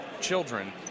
children